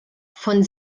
von